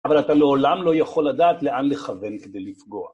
אבל אתה לעולם לא יכול לדעת לאן לכוון כדי לפגוע.